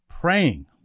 Praying